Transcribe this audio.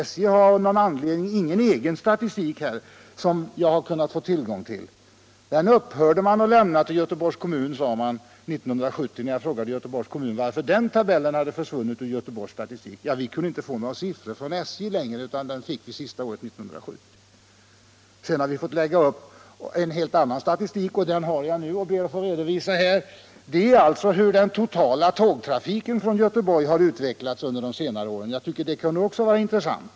SJ har av någon anledning ingen egen statistik, som jag har kunnat få tillgång till. Den upphörde SJ att lämna till Göteborgs kommun år 1970, fick jag veta vid förfrågan hos kommunen om varför den tabellen hade försvunnit ur Göteborgs statistik. Kommunen har sedan lagt upp en helt annan statistik, som jag nu ber att få redovisa. Den statistiken gäller utvecklingen av den totala tågtrafiken från Göteborg under senare år. Jag tycker att den statistiken är intressant.